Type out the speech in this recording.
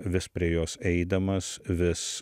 vis prie jos eidamas vis